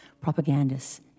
propagandists